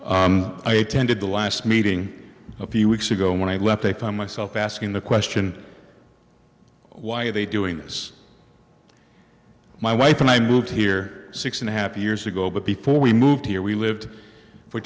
tonight i attended the last meeting a few weeks ago when i left they found myself asking the question why are they doing this my wife and i moved here six and a half years ago but before we moved here we lived for